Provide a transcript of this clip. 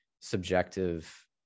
subjective